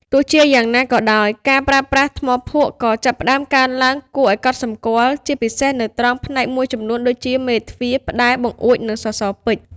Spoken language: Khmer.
ទោះជាយ៉ាងណាក៏ដោយ ការប្រើប្រាស់ ថ្មភក់ ក៏ចាប់ផ្តើមកើនឡើងគួរឱ្យកត់សម្គាល់ ជាពិសេសនៅត្រង់ផ្នែកមួយចំនួនដូចជា មេទ្វារ ផ្តែរ បង្អួច និងសសរពេជ្រ។